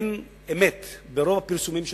אין אמת ברוב הפרסומים שהיו.